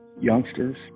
youngsters